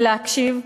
כדי להקשיב,